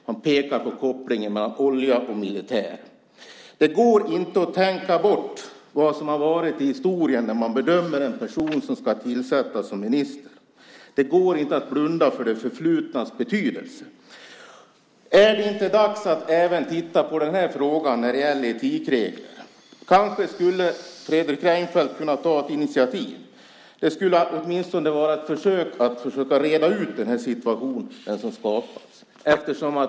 Man pekar på kopplingen mellan olja och militär. Det går inte att tänka bort vad som har varit i historien när man bedömer en person som ska tillsättas som minister. Det går inte att blunda för det förflutnas betydelse. Är det inte dags att även titta på den här frågan när det gäller etikregler? Kanske skulle Fredrik Reinfeldt kunna ta ett initiativ. Det skulle åtminstone vara ett försök att reda ut den situation som skapats.